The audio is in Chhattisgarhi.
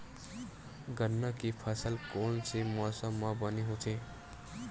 गन्ना के फसल कोन से मौसम म बने होथे?